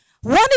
One